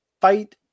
Fight